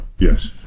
Yes